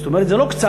זאת אומרת זה לא קצת,